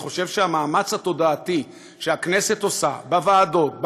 אני חושב שהמאמץ התודעתי שהכנסת עושה בוועדות,